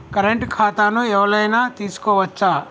Current ఖాతాను ఎవలైనా తీసుకోవచ్చా?